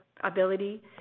ability